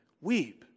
weep